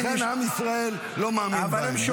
לכן, עם ישראל לא מאמין בהם.